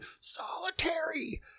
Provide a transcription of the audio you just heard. solitary